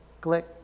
click